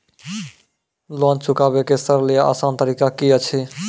Loan चुकाबै के सरल या आसान तरीका की अछि?